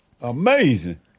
Amazing